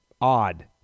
odd